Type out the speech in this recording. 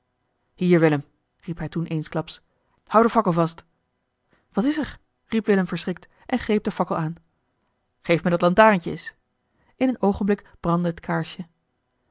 willem riep hij toen eensklaps houd de fakkel vast wat is er riep willem verschrikt en greep de fakkel aan geef mij dat lantarentje eens in een oogenblik brandde het kaarsje